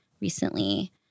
recently